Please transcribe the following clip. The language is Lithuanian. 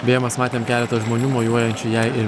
beje mes matėm keletą žmonių mojuojančių jai ir